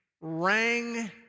rang